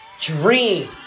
dream